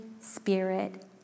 Spirit